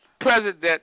President